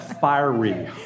Fiery